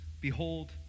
behold